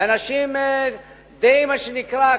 ואנשים די, מה שנקרא,